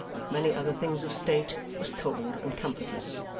like many other things of state, was cold and comfortless.